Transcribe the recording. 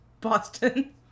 Boston